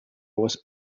was